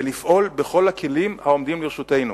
ולפעול בכל הכלים העומדים לרשותנו.